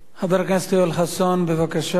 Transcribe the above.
חבר הכנסת יואל חסון, בבקשה.